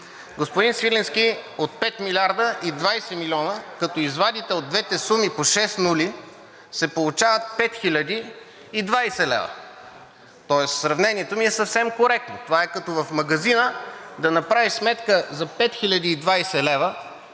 Господин Свиленски, от 5 милиарда и 20 милиона, като извадите от двете суми по шест нули, се получават 5020 лв., тоест сравнението ми е съвсем коректно. Това е като в магазина да направиш сметка за 5020 лв.